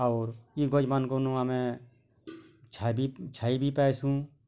ଔର୍ ଏଇ ଗଛମାନ୍ଙ୍କୁ ଆମେ ଛାଇ ବି ଛାଇ ବି ପାଇସୁଁ